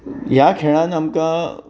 ह्या खेळान आमकां